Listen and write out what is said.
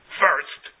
first